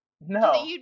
No